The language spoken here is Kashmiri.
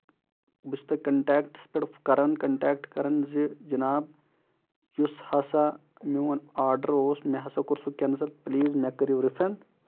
بہٕ چھُس تۄہہِ کَنٹیکٹَس پٮ۪ٹھ کران کَنٹیکٹ کران زِ جِناب یُس ہسا میون آرڈر اوس مےٚ ہسا کوٚر سُہ کینسَل پٔلیٖز مےٚ کٔرِو رِفنڈ